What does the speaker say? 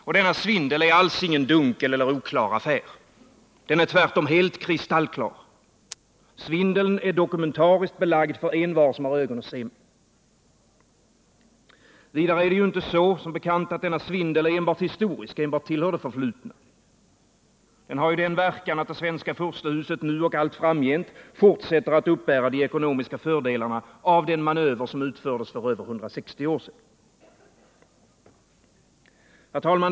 Och denna svindel är alls ingen dunkel eller oklar affär. Den är tvärtom helt kristallklar. Svinaeln är dokumentariskt belagd för envar som har ögon att se med. Vidare är det som bekant inte så att denna svindel är enbart historisk, att den enbart tillhör det förflutna. Den har den verkan att det svenska furstehuset nu och allt framgent fortsätter att uppbära de ekonomiska fördelarna av den manöver som utfördes för mer än 160 år sedan. Herr talman!